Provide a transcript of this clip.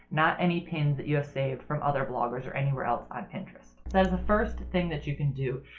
not any pins that you have saved from other bloggers or anywhere else on pinterest. that is the first thing that you can do,